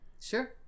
Sure